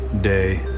day